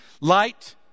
Light